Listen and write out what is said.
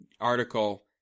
article